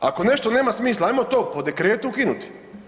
Ako nešto nema smisla, ajmo to po dekretu ukinuti.